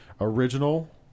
original